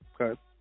Okay